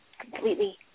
completely